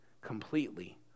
completely